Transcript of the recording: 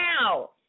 now